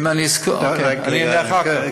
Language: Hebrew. אני אענה אחר כך.